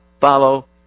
follow